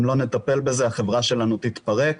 אם לא נטפל בזה, החברה שלנו תתפרק.